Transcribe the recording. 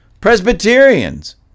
Presbyterians